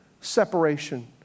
separation